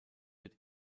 wird